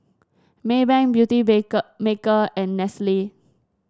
May bank Beauty maker and Nestle